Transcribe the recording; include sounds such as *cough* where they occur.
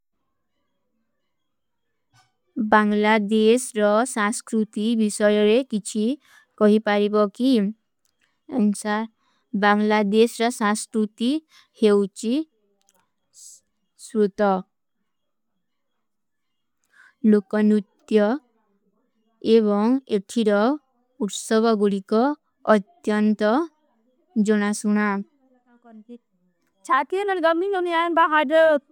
ବାଂଗଲା ଦେଶ ଔର ସାଂସ୍କ୍ରୂତୀ ଵିଶଯରେ କିଛୀ କହୀ ପାରୀ ବାକୀ। ଅଂଚାର ବାଂଗଲା ଦେଶ ଔର ସାଂସ୍କ୍ରୂତୀ ହେଵୁଚୀ ସୁରୁତ *hesitation* ଲୋକନୁତ୍ଯ ଏବଂଗ ଏକଠୀଡ ଉଟ୍ସଵଗୁଣୀ କା ଅଧ୍ଯନ୍ତ ଜୋନା ସୁନା। *noise*